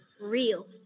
real